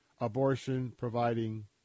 abortion-providing